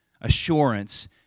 assurance